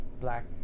black